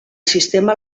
sistema